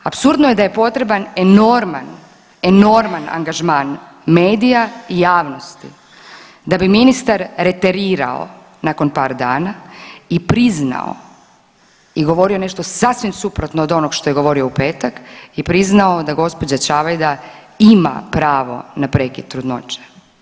Apsurdno je da je potreban enorman, enorman angažman medija i javnosti da bi ministar reterirao nakon par dana i priznao i govorio nešto sasvim suprotno od onog što je govorio u petak i priznao da gospođa Čavajda ima pravo na prekid trudnoće.